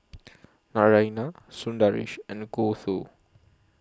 Naraina Sundaresh and Gouthu